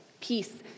peace